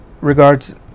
regards